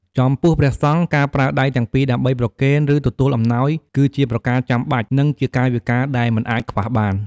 ចំពោះព្រះសង្ឃ ការប្រើដៃទាំងពីរដើម្បីប្រគេន ឬទទួលអំណោយ គឺជាប្រការចាំបាច់ និងជាកាយវិការដែលមិនអាចខ្វះបាន។